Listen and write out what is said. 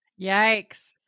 yikes